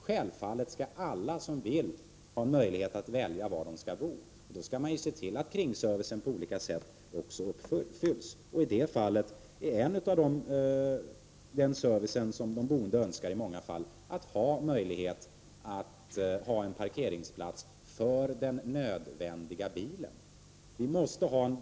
Självfallet skall alla som vill ha möjlighet att välja var de skall bo, och då skall önskemålen om kringservice också uppfyllas. I många fall är en service som de boende önskar tillgång till parkeringsplats för den nödvändiga bilen.